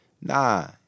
Nah